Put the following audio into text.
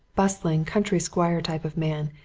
bustling, country-squire type of man,